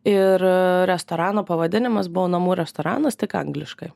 ir restorano pavadinimas buvo namų restoranas tik angliškai